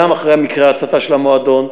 גם אחרי מקרה ההצתה של המועדון,